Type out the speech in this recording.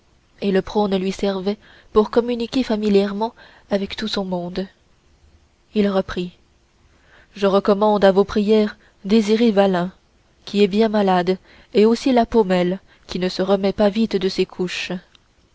et le prône lui servait pour communiquer familièrement avec tout son monde il reprit je recommande à vos prières désiré vallin qu'est bien malade et aussi la paumelle qui ne se remet pas vite de ses couches